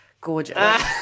gorgeous